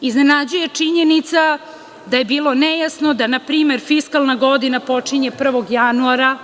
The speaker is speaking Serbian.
Iznenađuje činjenica da je bilo nejasno da, na primer, fiskalna godina počinje 1. januara.